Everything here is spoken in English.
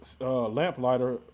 lamplighter